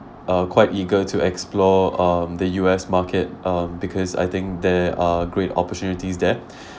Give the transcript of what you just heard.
uh quite eager to explore um the U_S market um because I think there are great opportunities there